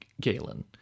Galen